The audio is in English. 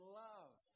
love